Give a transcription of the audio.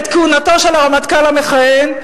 את כהונתו של הרמטכ"ל המכהן,